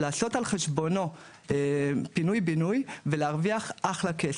לעשות על חשבונו פינוי בינוי ולהרוויח אחלה כסף.